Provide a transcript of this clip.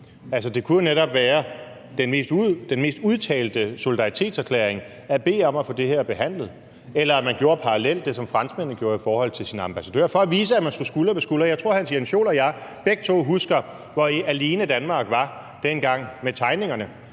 netop være den mest udtalte solidaritetserklæring at bede om at få det her behandlet, eller at man parallelt gjorde det, som franskmændene gjorde, i forhold til sin ambassadør for at vise, at man stod skulder ved skulder. Jeg tror, at hr. Jens Joel og jeg begge to husker, hvor alene Danmark var dengang med tegningerne;